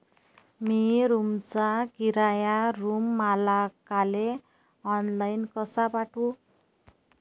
मी रूमचा किराया रूम मालकाले ऑनलाईन कसा पाठवू?